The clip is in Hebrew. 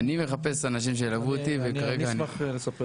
אני מחפש אנשים שילוו אותי וכרגע --- טוב,